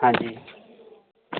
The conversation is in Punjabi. ਹਾਂਜੀ